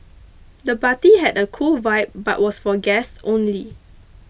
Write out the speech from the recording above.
the party had a cool vibe but was for guests only